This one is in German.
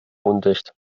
undicht